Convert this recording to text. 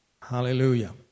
Hallelujah